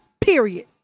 Period